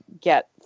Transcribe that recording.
get